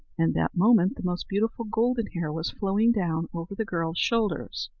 and that moment the most beautiful golden hair was flowing down over the girl's shoulders.